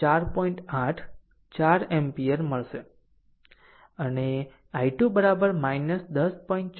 8 4 ampere મળશે અને i2 10